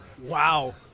Wow